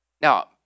Now